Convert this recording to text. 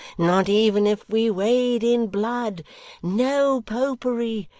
not even if we wade in blood no popery!